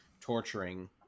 torturing